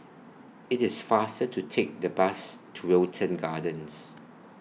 IT IS faster to Take The Bus to Wilton Gardens